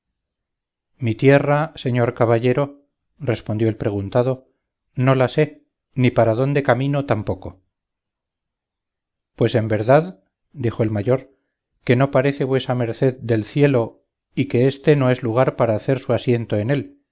mi tierra señor caballero respondió el preguntado no la sé ni para dónde camino tampoco pues en verdad dijo el mayor que no parece vuesa merced del cielo y que éste no es lugar para hacer su asiento en él